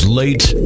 late